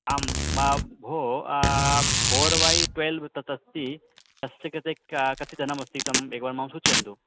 आं मा भोः पोर् बै ट्वेल्व् तत् अस्ति तस्य कृते का कति धनमस्ति तम् एवं मां सूचयन्तु